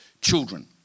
children